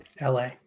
LA